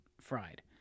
fried